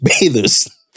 bathers